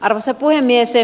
arvoisa puhemies